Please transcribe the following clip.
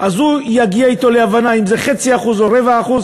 הוא יגיע אתו להבנה אם זה 0.5% או 0.25%,